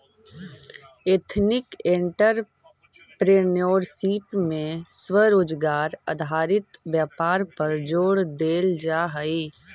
ethnic entrepreneurship में स्वरोजगार आधारित व्यापार पर जोड़ देल जा हई